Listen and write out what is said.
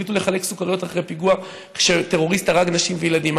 החליטו לחלק סוכריות אחרי פיגוע כשטרוריסט הרג נשים וילדים.